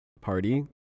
party